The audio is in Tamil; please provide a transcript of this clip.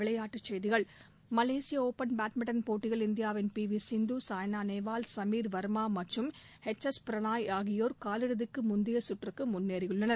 விளையாட்டுச்செய்கிகள் மலேசிய ஒபன் பேட்மிண்டன் போட்டியில் இந்தியாவின் பி வி சிந்து சாய்னா நேவால் சமீர் வர்மா மற்றும் ஹெச் எஸ் பிரணாய் காலிறுதிக்கு முந்தைய சுற்றுக்கு முன்னேறியுள்ளனர்